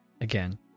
Again